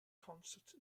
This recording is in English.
concert